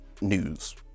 news